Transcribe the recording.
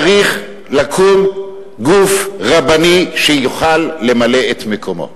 צריך לקום גוף רבני שיוכל למלא את מקומו,